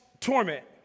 torment